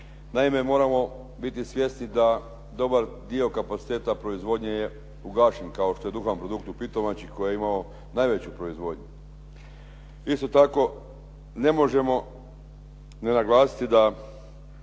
Naime, moramo biti svjesni da dobar dio kapaciteta proizvodnje je ugašen kao što je “Duhan produkt“ u Pitomači koji je imao najveću proizvodnju. Isto tako, ne možemo ne naglasiti da